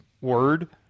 word